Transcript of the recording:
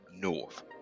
North